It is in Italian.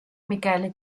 michele